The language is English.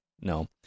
No